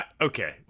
Okay